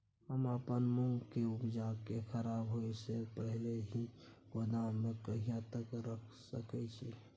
हम अपन मूंग के उपजा के खराब होय से पहिले ही गोदाम में कहिया तक रख सके छी?